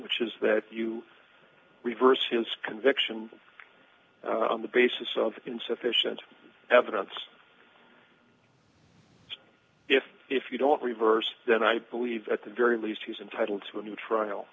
which is that you reverse his conviction on the basis of insufficient evidence if if you don't reverse then i believe at the very least he's entitled to a new trial